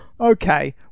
Okay